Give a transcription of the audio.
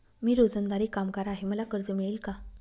मी रोजंदारी कामगार आहे मला कर्ज मिळेल का?